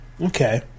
Okay